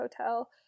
hotel